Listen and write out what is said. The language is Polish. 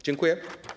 Dziękuję.